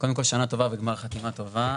קודם כל שנה טובה וגמר חתימה טובה.